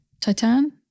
Titan